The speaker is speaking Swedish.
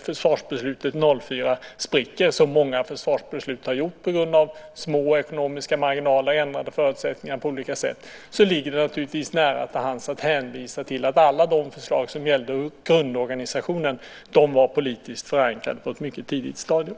försvarsbeslutet 2004 spricker - som många försvarsbeslut har gjort på grund av små ekonomiska marginaler och ändrade förutsättningar på olika sätt - ligger det naturligtvis nära till hands att hänvisa till att alla de förslag som gällde grundorganisationen var politiskt förankrade på ett mycket tidigt stadium.